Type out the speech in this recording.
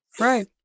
Right